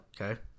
Okay